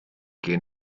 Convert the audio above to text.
gehen